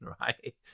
Right